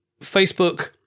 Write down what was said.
Facebook